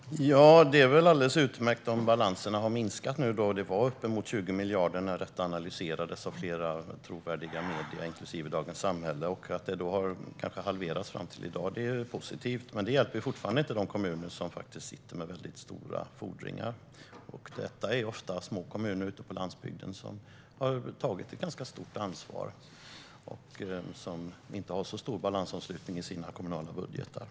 Herr talman! Det är väl alldeles utmärkt om balanserna har minskat. Det rörde sig om uppemot 20 miljarder när detta analyserades av flera trovärdiga medier, inklusive Dagens Samhälle, och det är positivt att det kanske har halverats fram till i dag. Men det hjälper fortfarande inte de kommuner som sitter med väldigt stora fordringar. Det handlar ofta om små kommuner ute på landsbygden, som har tagit ett ganska stort ansvar och som inte har så stor balansomslutning i sina kommunala budgetar.